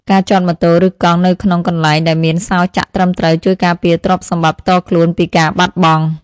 ការចតម៉ូតូ ឬកង់នៅក្នុងកន្លែងដែលមានសោរចាក់ត្រឹមត្រូវជួយការពារទ្រព្យសម្បត្តិផ្ទាល់ខ្លួនពីការបាត់បង់។